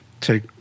take